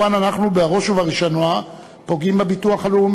אנחנו מאמינים בצורך החיוני